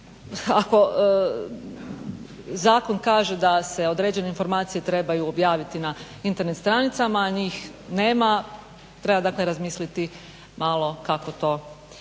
ako zakon kaže da se određene informacije trebaju objaviti na Internet stranicama, a njih nema, treba dakle razmisliti malo kako to riješiti